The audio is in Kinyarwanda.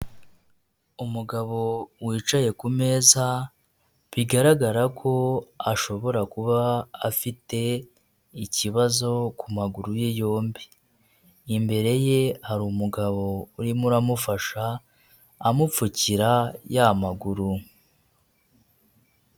Umugabo wicaye kumeza bigaragara ko ashobora kuba afite ikibazo ku maguru ye yombi imbereye hari umugabo urimo uramufasha amupfukira ya maguru.